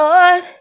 Lord